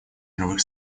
мировых